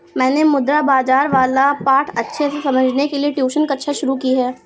मैंने मुद्रा बाजार वाला पाठ अच्छे से समझने के लिए ट्यूशन कक्षा शुरू की है